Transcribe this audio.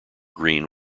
green